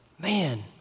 Man